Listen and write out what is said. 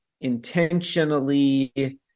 intentionally